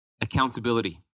accountability